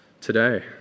today